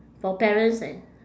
for parents and